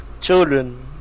children